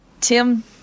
Tim